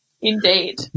Indeed